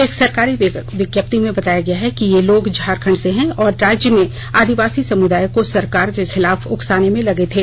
एक सरकारी विज्ञप्ति में कहा गया है कि ये लोग झारखंड से है और राज्य में आदिवासी समुदाय को सरकार के खिलाफ उकसाने में लगे थे